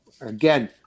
again